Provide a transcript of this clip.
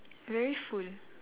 very full